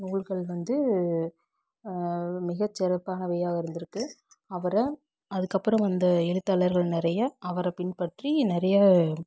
நூல்கள் வந்து மிகச் சிறப்பானவையாக இருந்திருக்கு அவரை அதுக்கப்பறம் வந்த எழுத்தாளர்கள் நிறைய அவரை பின்பற்றி நிறைய